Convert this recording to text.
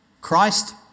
Christ